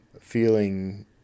feeling